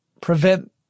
prevent